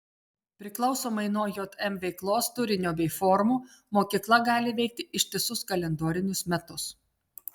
priklausomai nuo jm veiklos turinio bei formų mokykla gali veikti ištisus kalendorinius metus